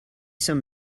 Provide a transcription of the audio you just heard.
some